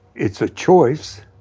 it's a choice.